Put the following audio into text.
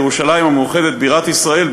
בירושלים המאוחדת בירת ישראל,